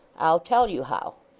i'll tell you how.